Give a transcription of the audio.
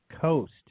coast